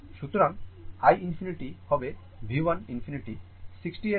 সুতরাং i ∞ হবে V 1 ∞ 60 এর উপর